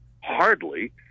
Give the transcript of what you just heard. Hardly